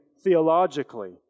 theologically